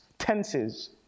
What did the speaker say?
tenses